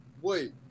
Wait